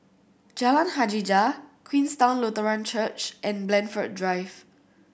Jalan Hajijah Queenstown Lutheran Church and Blandford Drive